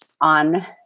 on